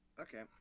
Okay